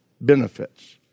benefits